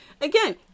Again